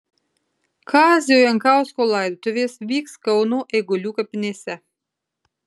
kazio jankausko laidotuvės vyks kauno eigulių kapinėse